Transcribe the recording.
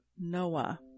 Noah